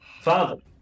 Father